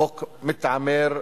כשהיה אמור להכריע,